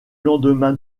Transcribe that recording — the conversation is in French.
lendemain